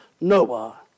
Noah